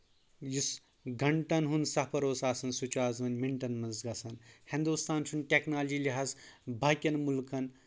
یُس گٹن ہُنٛد سفر اوس آسان سُہ چھُ آز وۄنۍ مِنٹن منٛز گژھان ہندوستان چھُنہٕ ٹؠکنالجی لِہازٕ باقین مُلکن